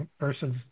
versus